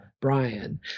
Brian